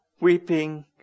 weeping